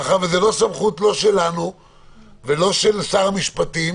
מאחר שזו לא סמכות לא שלנו ולא של שר המשפטים,